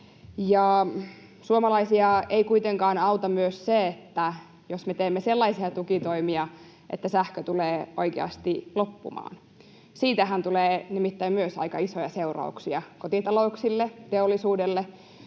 Suomalaisia ei kuitenkaan auta myöskään se, että me teemme sellaisia tukitoimia, että sähkö tulee oikeasti loppumaan — siitähän tulee nimittäin myös aika isoja seurauksia kotitalouksille, teollisuudelle,